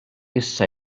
issa